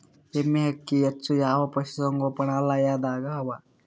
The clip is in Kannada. ಎಮ್ಮೆ ಅಕ್ಕಿ ಹೆಚ್ಚು ಯಾವ ಪಶುಸಂಗೋಪನಾಲಯದಾಗ ಅವಾ?